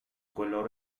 color